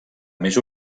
més